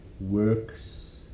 works